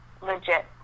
legit